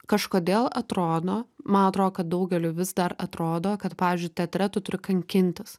kažkodėl atrodo man atrodo kad daugeliui vis dar atrodo kad pavyzdžiui teatre tu turi kankintis